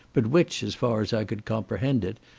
but which, as far as i could comprehend it,